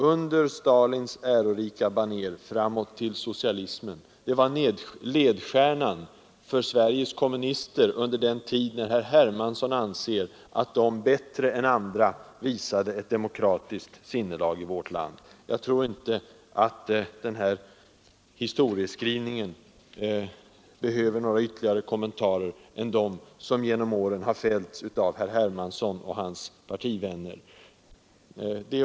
Under Stalins ärorika banér, framåt till socialismen.” Det var ledstjärnan för Sveriges kommunister under tid herr Hermansson anser att de bättre än andra i vårt land visade ett demokratiskt sinnelag. Jag tror inte att den här historieskrivningen behöver några ytterligare kommentarer än de som genom åren har fällts av herr Hermansson och hans partivänner.